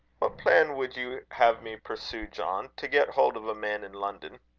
what plan would you have me pursue, john, to get hold of a man in london?